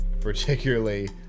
particularly